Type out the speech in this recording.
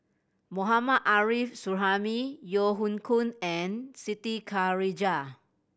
Mohammad Arif Suhaimi Yeo Hoe Koon and Siti Khalijah